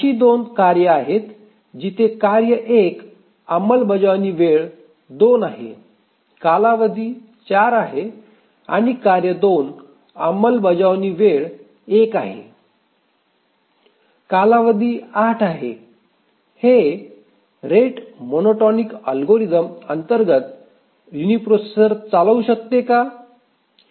अशी 2 कार्ये आहेत जिथे कार्य 1 अंमलबजावणीची वेळ 2 आहे कालावधी 4 आहे आणि कार्य 2 अंमलबजावणीची वेळ 1 आहे कालावधी 8 आहे हे रेट मोनोटोनिक अल्गोरिदम अंतर्गत युनिप्रोसेसरवर चालवू शकते